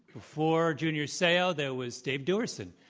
before junior seau, there was dave duerson,